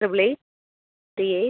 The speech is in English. triple eight three eight